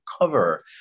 cover